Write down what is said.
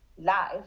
life